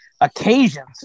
occasions